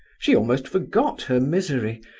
she almost forgot her misery,